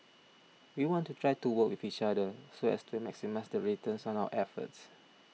we want to try to work with each other so as to maximise the returns on our efforts